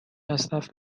مصرف